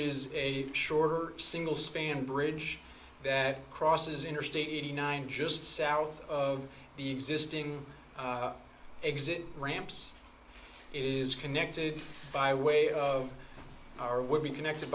is a shorter single span bridge that crosses interstate eighty nine just south of the existing exit ramps is connected by way of power would be connected